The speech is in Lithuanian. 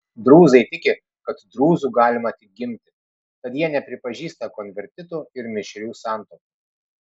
drūzai tiki kad drūzu galima tik gimti tad jie nepripažįsta konvertitų ir mišrių santuokų